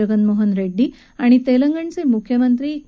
जगनमोहन रेड्डी आणि तेलंगणचे मुख्यमंत्री के